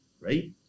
right